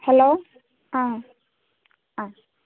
hello ആ